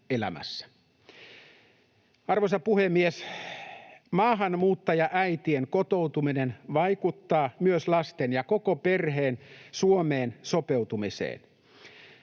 Arvoisa puhemies! Maahanmuuttajaäitien kotoutuminen vaikuttaa myös lasten ja koko perheen Suomeen sopeutumiseen.